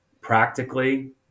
practically